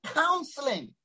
counseling